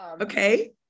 Okay